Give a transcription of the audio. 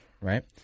right